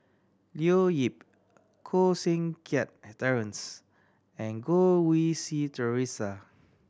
Leo Yip Koh Seng Kiat Terence and Goh Rui Si Theresa